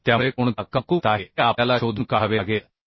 त्यामुळे कोणता कमकुवत आहे हे आपल्याला शोधून काढावे लागेल एक